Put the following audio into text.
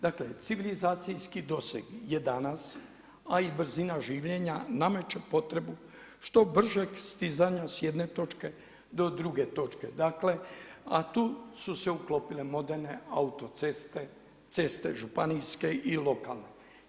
Dakle, civilizacijski doseg je danas a i brzina življenja, nameće potrebo što bržeg stizanja s jedne točke do druge točke, dakle a tu su se uklopile moderne autoceste, ceste županijske i lokalne.